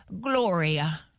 Gloria